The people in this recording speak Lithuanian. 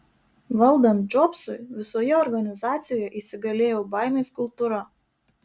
valdant džobsui visoje organizacijoje įsigalėjo baimės kultūra